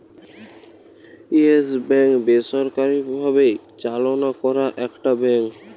yes Bank বেসরকারি ভাবে চালনা করা একটা ব্যাঙ্ক